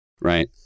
right